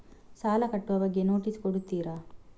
ಸಾಲ ಕಟ್ಟುವ ಬಗ್ಗೆ ನೋಟಿಸ್ ಕೊಡುತ್ತೀರ?